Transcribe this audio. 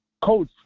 coach